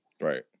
Right